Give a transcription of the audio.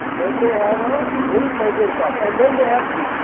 then they have a milk mysore pak. and then they have the.